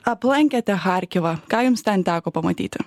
aplankėte charkivą ką jums ten teko pamatyti